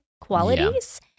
qualities